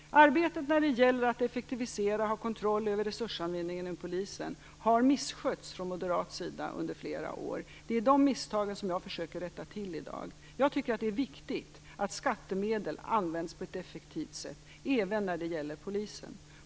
Arbetet när det gäller att effektivisera och ha kontroll över resursanvändningen inom polisen har missskötts från moderat sida under flera år. Det är de misstagen som jag försöker rätta till i dag. Jag tycker att det är viktigt att skattemedel används på ett effektivt sätt, även när det gäller polisen.